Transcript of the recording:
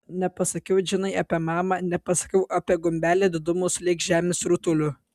nepasakiau džinai apie mamą nepasakiau apie gumbelį didumo sulig žemės rutuliu